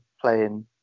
playing